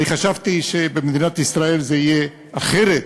אני חשבתי שבמדינת ישראל זה יהיה אחרת,